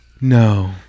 No